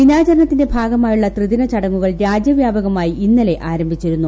ദിനാചരണത്തിന്റെ ഭാഗമായുള്ള ത്രിദിന ചടങ്ങുകൾ രാജ്യവ്യാപകമായി ഇന്നലെ ആരംഭിച്ചിരുന്നു